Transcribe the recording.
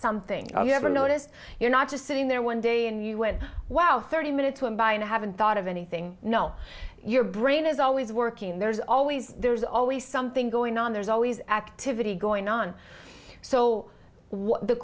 something you haven't noticed you're not just sitting there one day and you went wow thirty minutes went by and i haven't thought of anything know your brain is always working there's always there's always something going on there's always activity going on so the